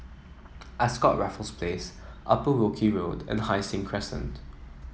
Ascott Raffles Place Upper Wilkie Road and Hai Sing Crescent